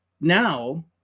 now